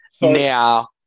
Now